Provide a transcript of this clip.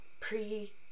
pre